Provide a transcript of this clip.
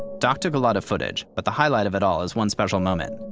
doc took a lot of footage, but the highlight of it all is one special moment.